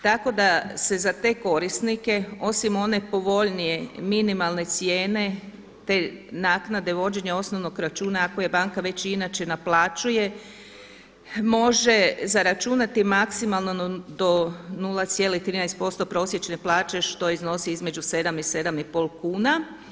Tako da se za te korisnike osim one povoljnije, minimalne cijene te naknade vođenja osnovnog računa ako banka već i inače naplaćuje može zaračunati maksimalno do 0,13% prosječne plaće što iznosi između 7 i 7 i pol kuna.